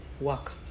work